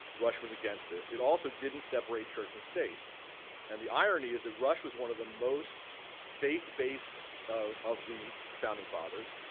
rush was against this. it also didn't separate church and state and the irony is that rush was one of the most faith-based of the founding fathers.